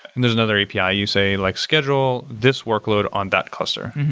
and there's another api, ah you say like, schedule this workload on that cluster,